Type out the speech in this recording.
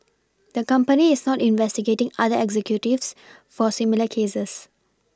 the company is not investigating other executives for similar cases